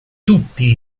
tutti